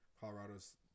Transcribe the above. Colorado's